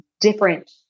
different